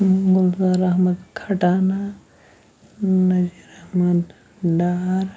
Gulzar Ahmad Khatana Nazir Ahmad Dar